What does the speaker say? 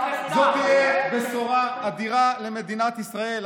זו תהיה בשורה אדירה למדינת ישראל.